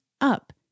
up